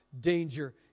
danger